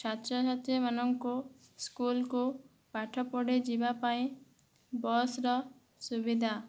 ଛାତ୍ରଛାତ୍ରୀ ମାନଙ୍କୁ ସ୍କୁଲକୁ ପାଠପଢ଼ି ଯିବା ପାଇଁ ବସ୍ର ସୁବିଧା